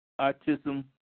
autism